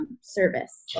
service